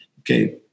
okay